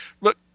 look